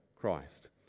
Christ